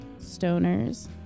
stoners